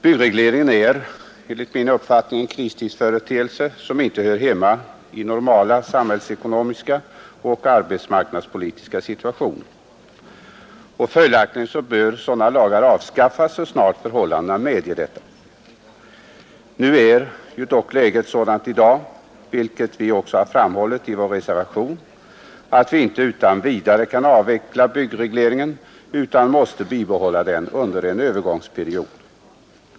Byggregleringen är enligt min uppfattning en kristidsföreteelse som inte hör hemma i normala samhällsekonomiska och arbetsmarknadspolitiska situationer. Och följaktligen bör sådana lagar avskaffas så snart förhållandena medger detta. Nu är dock läget sådant i dag, vilket vi också har framhållit i vår reservation, att vi inte utan vidare kan avveckla byggregleringen utan måste bibehålla den under en övergångsperiod.